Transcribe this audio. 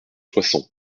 soissons